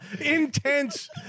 Intense